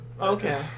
Okay